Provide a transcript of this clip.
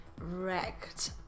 wrecked